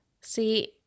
see